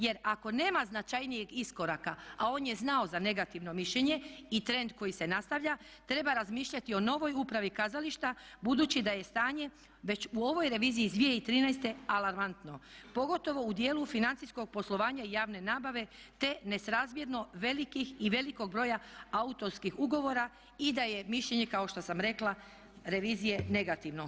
Jer ako nema značajnijeg iskoraka, a on je znao za negativno mišljenje i trend koji se nastavlja treba razmišljati o novoj upravi kazališta budući da je stanje već u ovoj reviziji iz 2013. alarmantno pogotovo u dijelu financijskog poslovanja javne nabave te nesrazmjerno velikih i velikog broja autorskih ugovora i da je mišljenje kao što sam rekla revizije negativno.